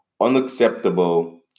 unacceptable